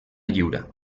lliura